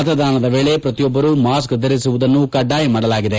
ಮತದಾನದ ವೇಳೆ ಪ್ರತಿಯೊಬ್ಬರು ಮಾಸ್ಕ್ ಧರಿಸುವುದನ್ನು ಕಡ್ಡಾಯ ಮಾಡಲಾಗಿದೆ